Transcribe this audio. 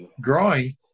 growing